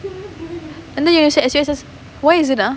and then you have to say S_U_S_S where is it ah